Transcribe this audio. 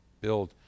build